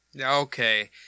Okay